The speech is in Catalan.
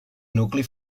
nucli